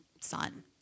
son